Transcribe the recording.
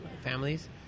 families